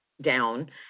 down